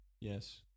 Yes